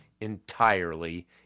entirely